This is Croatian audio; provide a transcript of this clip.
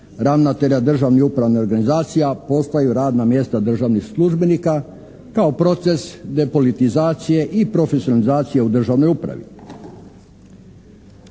ravnatelja Državnih upravnih organizacija postaju radna mjesta državnih službenika kao proces depolitizacije i profesionalizacije u Državnoj upravi.